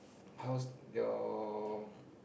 cause your